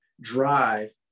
drive